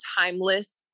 timeless